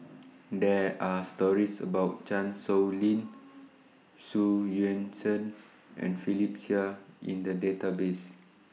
There Are stories about Chan Sow Lin Xu Yuan Zhen and Philip Chia in The Database